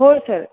हो सर